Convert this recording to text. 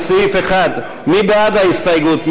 לסעיף 1, מי בעד ההסתייגות?